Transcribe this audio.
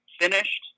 finished